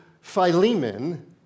Philemon